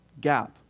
gap